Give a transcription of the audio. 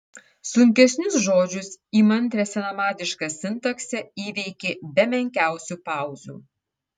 sunkesnius žodžius įmantrią senamadišką sintaksę įveikė be menkiausių pauzių